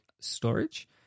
storage